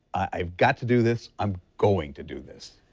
i've got to do this, i'm going to do this.